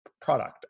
product